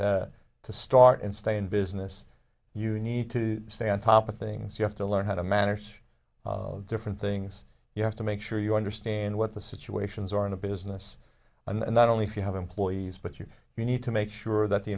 to start and stay in business you need to stay on top of things you have to learn how to manage different things you have to make sure you understand what the situations are in the business and not only if you have employees but you you need to make sure that the